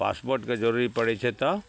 पासपोर्टके जरूरी पड़ैत छै तऽ